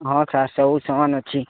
ହଁ ସାର୍ ସବୁ ସମାନ ଅଛି